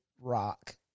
rock